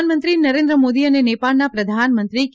પ્રધાનમંત્રી નરેન્દ્ર મોદી અને નેપાળના પ્રધાનમંત્રી કે